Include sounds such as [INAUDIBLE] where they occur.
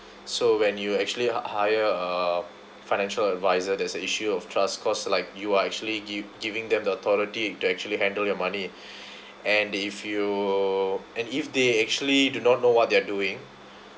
so when you actually hire a financial advisor there's a issue of trust cause like you are actually gi~ giving them the authority to actually handle your money [BREATH] and if you and if they actually do not know what they're doing